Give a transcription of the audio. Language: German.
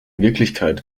wirklichkeit